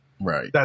Right